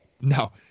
No